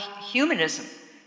Humanism